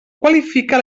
qualifica